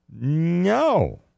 No